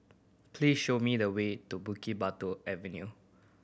please show me the way to Bukit Batok Avenue